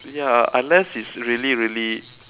ya unless it's really really